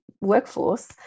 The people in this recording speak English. workforce